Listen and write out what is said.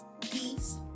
peace